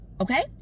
okay